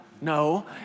No